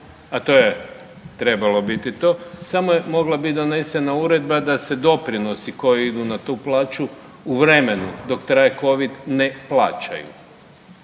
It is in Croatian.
a to je trebalo biti to, samo je mogla biti donesena uredba da se doprinosi koji idu na tu plaću u vremenu dok traje Covid ne plaćaju.